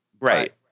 Right